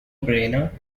brainer